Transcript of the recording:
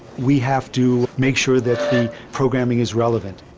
we have to make sure that the programming is relevant.